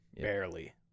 barely